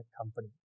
company